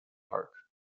park